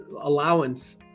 allowance